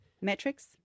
Metrics